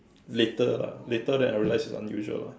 later lah later then I realize unusual lah